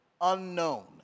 unknown